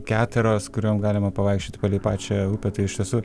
keteros kuriom galima pavaikščiot palei pačią upę tai iš tiesų